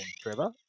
Trevor